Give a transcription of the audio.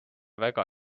väga